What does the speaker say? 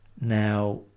now